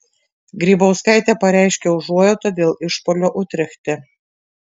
grybauskaitė pareiškė užuojautą dėl išpuolio utrechte